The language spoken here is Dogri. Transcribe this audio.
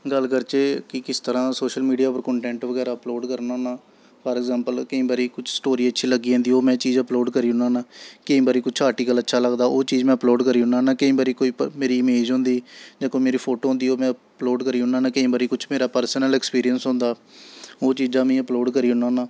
गल्ल करचै कि किस तरह् सोशल मीडिया पर कंटैंट बगैरा अपलोड करना होन्नां फार अग्जैंपल केईं बारी कुछ स्टोरी अच्छी लग्गी जंदी ओह् में चीज अपलोड करी ओड़ना होन्नां केईं बारी कुछ आर्टिकल अच्छा लगदा ओह् चीज में अपलोड करी ओड़ना होन्नां केईं बारी कोई मेरी इमेज होंदी जां कोई मेरी फोटो होंदी ओह् में अपलोड करी ओड़ना होन्नां केईं बारी कुछ मेरा पर्सनल एक्सपीरियंस होंदा ओह् चीजां में अपलोड करी ओड़ना होन्नां